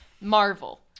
Marvel